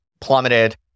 plummeted